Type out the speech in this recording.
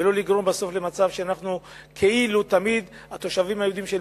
ולא לגרום למצב שבסוף כאילו אנחנו התושבים היהודים של